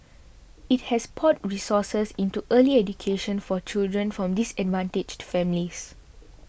it has poured resources into early education for children from disadvantaged families